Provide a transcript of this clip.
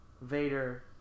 Vader